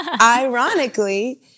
Ironically